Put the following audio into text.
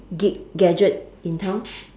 gad~ gadget in town